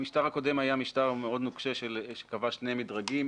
המשטר הקודם היה משטר מאוד נוקשה שקבע שני מדרגים